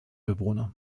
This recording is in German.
bewohner